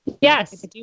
yes